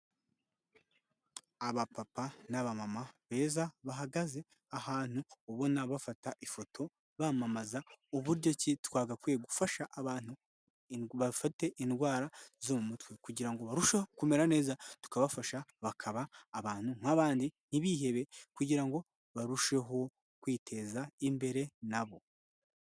Abapapa n'abamama beza bahagaze ahantu ubona bafata ifoto bamamaza uburyo ki twagakwiye gufasha abantu bafite indwara zo mu mutwe, kugira ngo barusheho kumera neza. Tukabafasha bakaba abantu nk'abandi ntibihebe kugira ngo barusheho kwiteza imbere na bo.